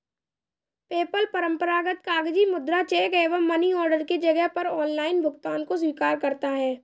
PayPal परंपरागत कागजी मुद्रा, चेक एवं मनी ऑर्डर के जगह पर ऑनलाइन भुगतान को स्वीकार करता है